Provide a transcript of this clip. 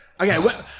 Okay